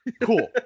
Cool